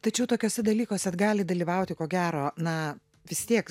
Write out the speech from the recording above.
tačiau tokiuose dalykuose ar gali dalyvauti ko gero na vis tiek